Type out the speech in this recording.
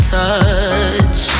touch